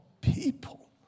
people